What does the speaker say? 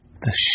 The